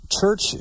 church